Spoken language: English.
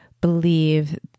believe